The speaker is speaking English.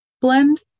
blend